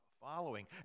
following